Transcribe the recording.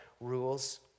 rules